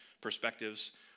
perspectives